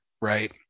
right